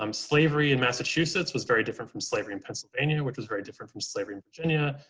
um slavery in massachusetts was very different from slavery in pennsylvania, which is very different from slavery in virginia,